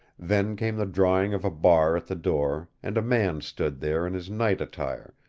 then came the drawing of a bar at the door and a man stood there in his night attire,